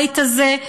בבית הזה,